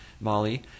Molly